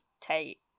Tate